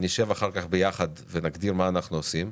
נשב אחר כך ביחד ונגדיר מה אנחנו עושים,